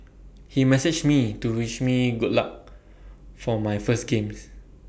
he messaged me to wish me good luck for my first games